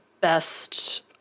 best